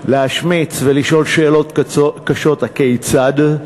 להשמיץ ולשאול שאלות קשות: הכיצד?